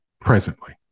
presently